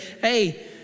hey